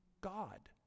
God